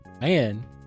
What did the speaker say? Man